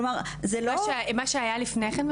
כלומר זה לא --- מה שהיה לפני כן,